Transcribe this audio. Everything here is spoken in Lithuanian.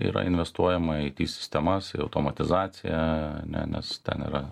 yra investuojama į sistemas į automatizaciją ne nes ten yra